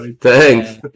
thanks